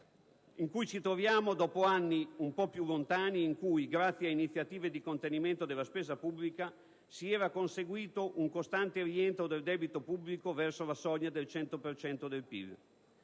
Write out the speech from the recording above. in cui ci troviamo, dopo anni un po' più lontani in cui, grazie ad iniziative di contenimento della spesa pubblica, si era conseguito un costante rientro del debito pubblico verso la soglia del 100 per